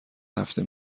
هفته